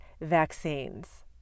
vaccines